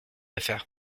affaire